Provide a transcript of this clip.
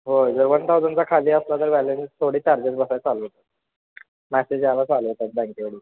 हो जर वन थाउजंडचा खाली असला तर बॅलेन् थोडी चार्जेस बसायला चालवतात मॅसेज यायला चालवतात बँकेकडून